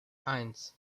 eins